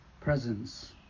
presence